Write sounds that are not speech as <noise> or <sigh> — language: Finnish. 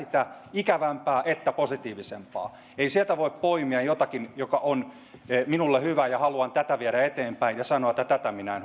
ikävämpää että positiivisempaa ei sieltä voi poimia jotakin joka on itselleen hyvä ja jota haluaa viedä eteenpäin ja sanoa että tätä minä <unintelligible>